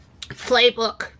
playbook